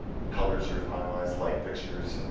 colors are finalized, light fixtures,